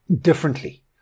differently